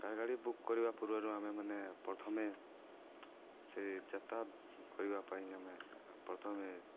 car ଗାଡ଼ି book କରିବା ପୂର୍ବରୁ ଆମେ ମାନେ ପ୍ରଥମେ ସେ ଯାତ୍ରା କରିବା ପାଇଁ ଆମେ ପ୍ରଥମେ